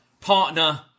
partner